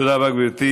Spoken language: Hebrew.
תודה רבה, גברתי.